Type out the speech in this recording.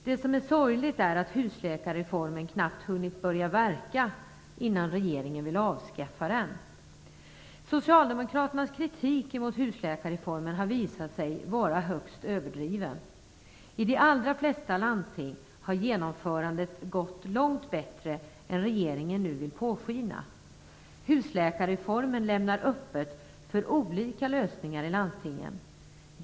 Det som är sorgligt är att husläkarreformen knappt hunnit börja verka innan regeringen vill avskaffa den. Socialdemokraternas kritik mot husläkarreformen har visat sig vara högst överdriven. I de allra flesta landsting har genomförandet gått långt bättre än vad regeringen nu vill påskina. Husläkarreformen lämnar öppet för olika lösningar i landstingen.